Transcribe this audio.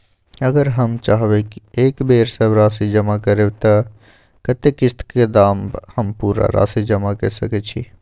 अगर हम चाहबे एक बेर सब राशि जमा करे त कत्ते किस्त के बाद हम पूरा राशि जमा के सके छि?